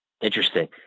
interesting